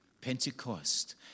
Pentecost